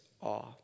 awe